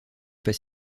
pas